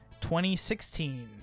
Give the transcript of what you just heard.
2016